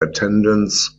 attendance